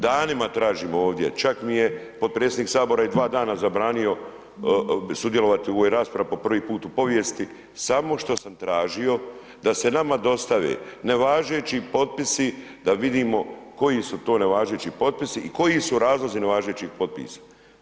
Danima tražimo ovdje, čak mi je podpredsjednik sabora i dva dana zabranio sudjelovati u ovoj raspravi po prvi put u povijesti, samo što sam tražio da se nama dostave nevažeći potpisi da vidimo koji su to nevažeći potpisi i koji su razlozi nevažećih potpisa.